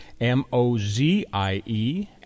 M-O-Z-I-E